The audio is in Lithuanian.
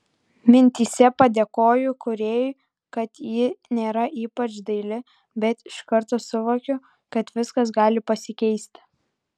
mintyse padėkoju kūrėjui kad ji nėra ypač daili bet iš karto suvokiu kad viskas gali pasikeisti